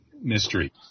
mystery